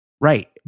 Right